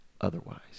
otherwise